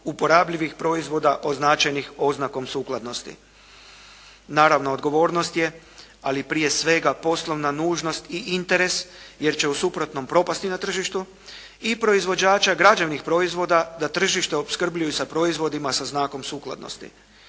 uporabljivih proizvoda označenih oznakom sukladnosti. Naravno, odgovornost je, ali prije svega poslovna nužnost i interes jer će u suprotnom propasti na tržištu i proizvođača građevnih proizvoda da tržište opskrbljuju sa proizvodima sa znakom sukladnosti.